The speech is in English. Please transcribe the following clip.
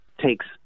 takes